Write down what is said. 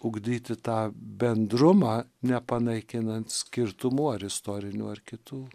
ugdyti tą bendrumą nepanaikinant skirtumų ar istorinių ar kitų